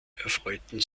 erfreuten